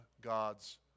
God's